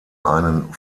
einen